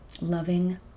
loving